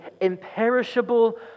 imperishable